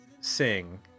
sing